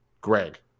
Greg